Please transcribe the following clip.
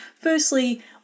Firstly